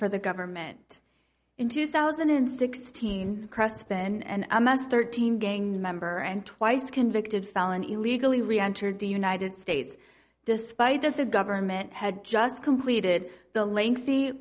for the government in two thousand and sixteen cross has been and a must thirteen gang member and twice convicted felon illegally reentered the united states despite that the government had just completed the lengthy